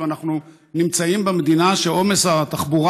ואנחנו נמצאים במדינה שעומס התחבורה